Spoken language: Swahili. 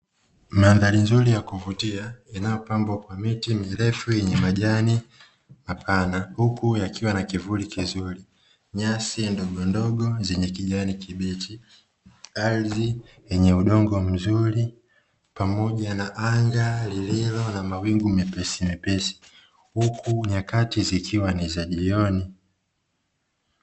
Mandhari nzuri ya kuvutia inayopambwa kwa miti mirefu yenye majani mapana huku yakiwa na kivuli kizuri nyasi ndogo ndogo zenye kijani kibichi, ardhi yenye udongo mzuri pamoja na anga lililo na mawingu mepesi mepesi huku nyakati zikiwa ni za jioni.